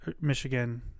Michigan